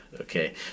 Okay